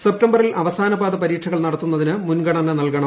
സെപ്തംബറിൽ അവ്സാനപാദ പരീക്ഷകൾ നടത്തുന്നതിന് മുൻഗണന നൽകണം